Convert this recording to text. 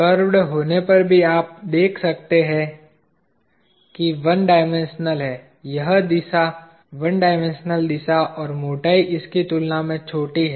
curved होने पर भी आप देखते हैं कि 1 डायमेंशनल है यह दिशा 1 डायमेंशनल दिशा और मोटाई इसकी तुलना में छोटी है